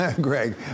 Greg